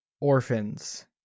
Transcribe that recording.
orphans